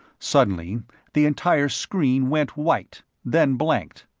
suddenly the entire screen went white, then blanked.